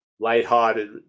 lighthearted